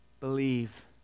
Believe